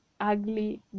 ugly